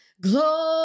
Glory